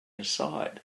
aside